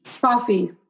Coffee